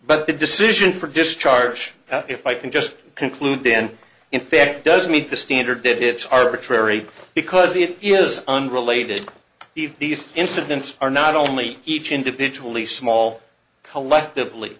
but the decision for discharge if i can just conclude then in fact does meet the standard did it's arbitrary because it is unrelated these incidents are not only each individually small collectively